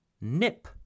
Nip